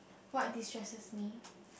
what distresses me